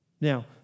Now